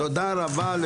הישיבה ננעלה בשעה 11:43.